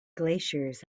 glaciers